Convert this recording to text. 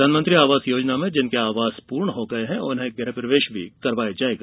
प्रधानमंत्री आवास योजना में जिनके आवास पूर्ण हो गये हैं उन्हें गृहप्रवेश भी कराया जायेगा